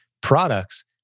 products